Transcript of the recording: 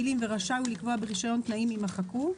המילים "ורשאי הוא לקבוע ברישיון תנאים" יימחקו,